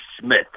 Smith